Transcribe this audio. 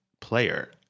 player